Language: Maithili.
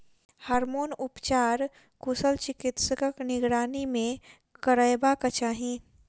हार्मोन उपचार कुशल चिकित्सकक निगरानी मे करयबाक चाही